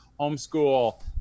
homeschool